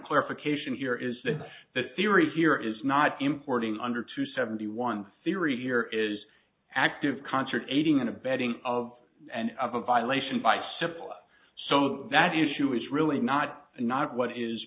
clarification here is that the theory here is not importing under two seventy one theory here is active concert aiding and abetting of and of a violation by cipla so that the issue is really not and not what is